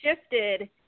shifted